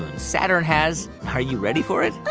saturn has are you ready for it?